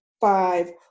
five